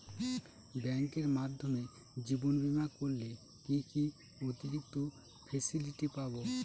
ব্যাংকের মাধ্যমে জীবন বীমা করলে কি কি অতিরিক্ত ফেসিলিটি পাব?